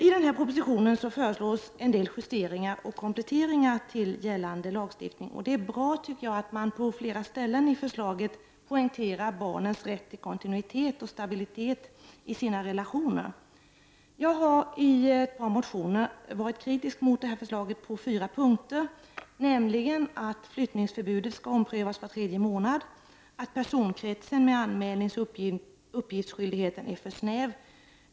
I propositionen föreslås en del justeringar i och kompletteringar av gällande lagstiftning, och jag tycker att det är bra att man på flera ställen i förslaget poängterar barnens rätt till kontinuitet och stabilitet i sina relationer. Jag har i ett par motioner varit kritisk mot förslaget på fyra punker. Jag tycker inte att flyttningsförbudet skall omprövas var tredje månad, och jag tycker att personkretsen med anmälningsoch uppgiftsskyldigheten är för snäv.